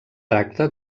tracta